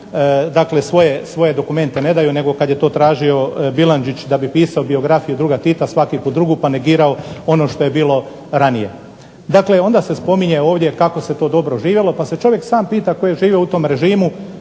otvaraju svoje dokumente ne daju, nego kada je to tražio Bilandžić da bi pisao biografiju druga Tita, svaki puta drugu pa negirao ono što je bilo ranije. Dakle, onda se spominje ovdje kako se to dobro živjelo, pa se čovjek pita sam tko je živo u tom režimu,